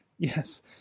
Yes